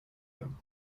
them